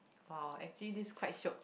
!wow! actually this quite shiok